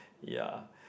ya